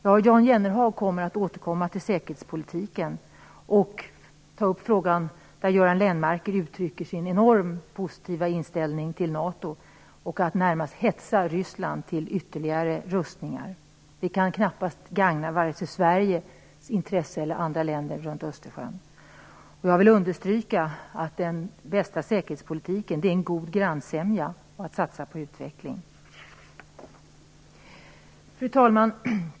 Jan Jennehag återkommer till säkerhetspolitiken och Göran Lennmarkers enormt positiva inställning till NATO och en i det närmaste hetsning av Ryssland till ytterligare rustningar. Det kan knappast gagna vare sig Sveriges eller andra Östersjöländers intressen. Jag vill understryka att den bästa säkerhetspolitiken är en god grannsämja och satsning på utveckling. Fru talman!